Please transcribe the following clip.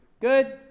Good